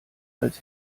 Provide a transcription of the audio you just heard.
als